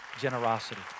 generosity